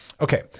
Okay